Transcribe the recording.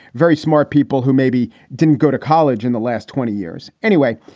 very smart people who maybe didn't go to college in the last twenty years anyway.